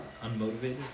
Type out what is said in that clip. Unmotivated